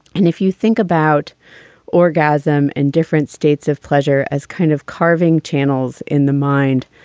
and if you think about orgasm in different states of pleasure as kind of carving channels in the mind,